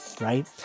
right